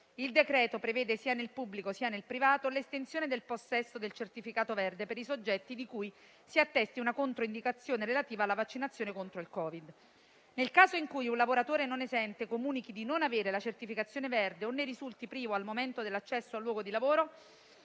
nell'ambito del lavoro pubblico che del privato, l'esenzione dal possesso del certificato verde per i soggetti di cui si attesti una controindicazione relativa alla vaccinazione contro il Covid. Nel caso in cui un lavoratore non esente comunichi di non avere la certificazione verde o ne risulti privo al momento dell'accesso al luogo di lavoro,